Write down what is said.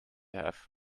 have